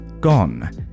gone